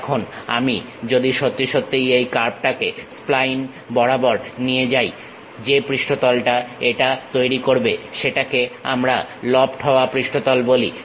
এখন আমি যদি সত্যিই এই কার্ভটাকে স্পাইন কার্ভ বরাবর নিয়ে যাই যে পৃষ্ঠতলটাই এটা তৈরি করবে সেটাকেও আমরা লফট হওয়া পৃষ্ঠতল বলি